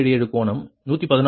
77 கோணம் 116